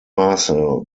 maße